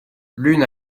l’une